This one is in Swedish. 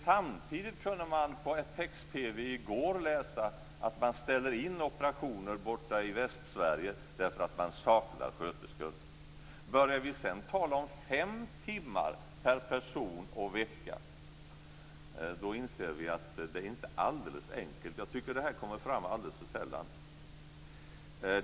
Samtidigt kunde man på text-TV i går läsa att man ställer in operationer i Västsverige därför att man saknar sköterskor. Börjar vi sedan tala om fem timmar per person och vecka, då inser vi att det inte är alldeles enkelt. Jag tycker att det här kommer fram alldeles för sällan.